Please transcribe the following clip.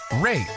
rate